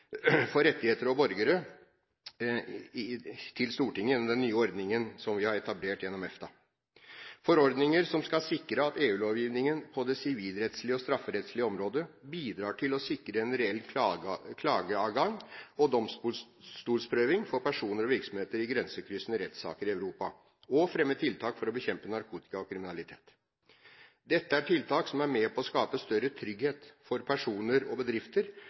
for rettigheter og borgere kom til Stortinget gjennom den nye ordningen som vi har etablert gjennom EFTA – forordninger som skal sikre at EU-lovgivningen på det sivilrettslige og strafferettslige området bidrar til å sikre en reell klageadgang og domstolsprøving for personer og virksomheter i grensekryssende rettssaker i Europa, og fremme tiltak for å bekjempe narkotika og kriminalitet. Dette er tiltak som er med på å skape større trygghet for personer og bedrifter